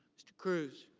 mr. cruz.